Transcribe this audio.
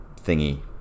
thingy